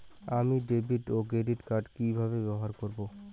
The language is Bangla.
আমি ডেভিড ও ক্রেডিট কার্ড কি কিভাবে ব্যবহার করব?